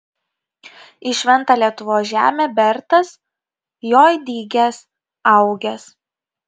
į šventą lietuvos žemę bertas joj dygęs augęs